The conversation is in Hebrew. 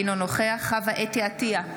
אינו נוכח חוה אתי עטייה,